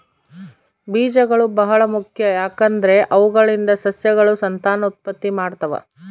ಬೀಜಗಳು ಬಹಳ ಮುಖ್ಯ, ಯಾಕಂದ್ರೆ ಅವುಗಳಿಂದ ಸಸ್ಯಗಳು ಸಂತಾನೋತ್ಪತ್ತಿ ಮಾಡ್ತಾವ